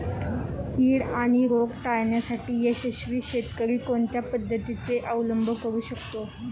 कीड आणि रोग टाळण्यासाठी यशस्वी शेतकरी कोणत्या पद्धतींचा अवलंब करू शकतो?